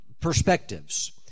perspectives